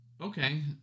okay